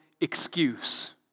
excuse